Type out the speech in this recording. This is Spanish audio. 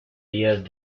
días